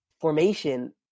formation